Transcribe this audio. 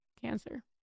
cancer